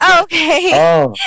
Okay